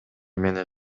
менен